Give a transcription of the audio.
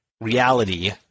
reality